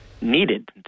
needed